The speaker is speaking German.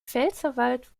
pfälzerwald